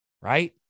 right